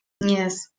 yes